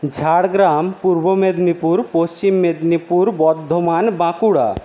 Jhargram Purba Medinipur Paschim Medinipur Bardhaman Bankura